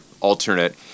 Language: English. alternate